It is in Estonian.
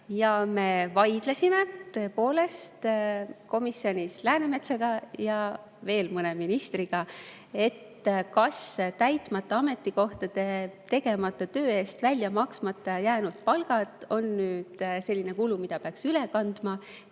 me vaidlesime tõepoolest komisjonis Läänemetsaga ja veel mõne ministriga selle üle, kas täitmata ametikohtade tegemata töö eest välja maksmata jäänud palgad on selline kulu, mida peaks üle kandma,